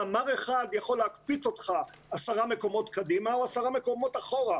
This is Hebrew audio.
מאמר אחד יכול להקפיץ אותך עשרה מקומות קדימה או עשרה מקומות אחורה.